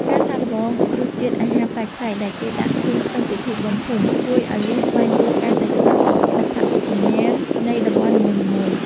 ការសាកល្បងរសជាតិអាហារប្លែកៗដែលគេដាក់ជូនក្នុងពិធីបុណ្យភូមិ ជួយឱ្យយើងស្វែងយល់កាន់តែច្បាស់ពីអត្តសញ្ញាណនៃតំបន់នីមួយៗ។